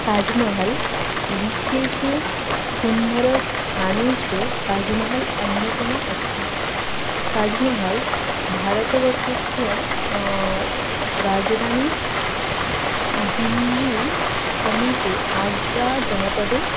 ताज्महल् विश्वेषु सुन्दरस्थानेषु ताज्महल् अन्यतमः अस्ति ताज्महल् भारतवर्षस्य राजधानीदिल्लीसमीपे आग्राजनपदे